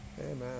Amen